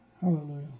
hallelujah